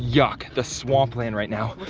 yuck, the swampland right now.